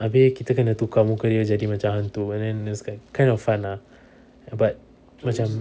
abeh kita kena tukar muka dia jadi macam hantu and then it's kind of fun lah but macam